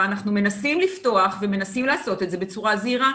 אנחנו מנסים לפתוח ומנסים לעשות את זה בצורה זהירה.